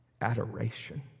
adoration